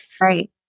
Right